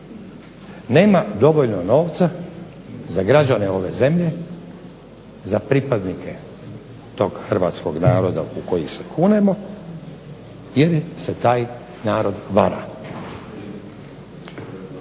nema dovoljno novca za građane ove zemlje, za pripadnike tog hrvatskog naroda u koji se kunemo ili se taj narod vara.